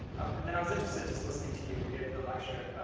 and then i was interested just listening to you give the lecture.